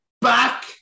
Back